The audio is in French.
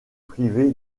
privé